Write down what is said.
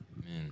Amen